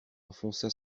enfonça